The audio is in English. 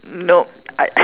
nope I